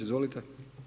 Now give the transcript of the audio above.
Izvolite.